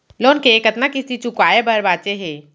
Loan के कतना किस्ती चुकाए बर बांचे हे?